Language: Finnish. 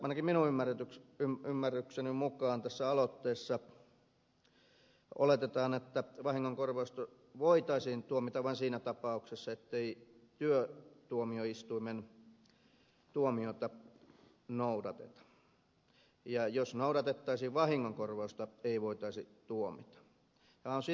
ainakin minun ymmärrykseni mukaan tässä aloitteessa oletetaan että vahingonkorvausta voitaisiin tuomita vain siinä tapauksessa ettei työtuomioistuimen tuomiota noudateta ja jos noudatettaisiin vahingonkor vausta ei voitaisi tuomita